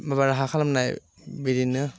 माबा राहा खालामनाय बिदिनो